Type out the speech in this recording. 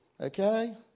okay